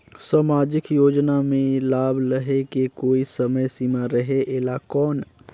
समाजिक योजना मे लाभ लहे के कोई समय सीमा रहे एला कौन?